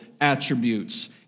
attributes